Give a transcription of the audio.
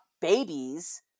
babies